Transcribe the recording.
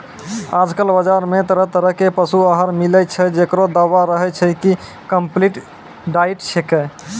आजकल बाजार मॅ तरह तरह के पशु आहार मिलै छै, जेकरो दावा रहै छै कि कम्पलीट डाइट छेकै